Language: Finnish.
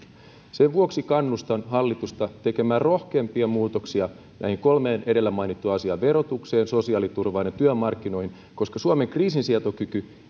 sen vuoksi kannustan hallitusta tekemään rohkeampia muutoksia näihin kolmeen edellä mainittuun asiaan verotukseen sosiaaliturvaan ja työmarkkinoihin koska suomen kriisinsietokyky